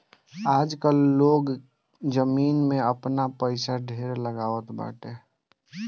आजकाल लोग जमीन में आपन पईसा ढेर लगावत बाटे